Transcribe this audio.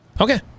Okay